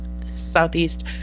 southeast